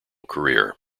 career